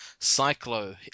Cyclo